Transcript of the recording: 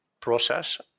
process